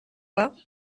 war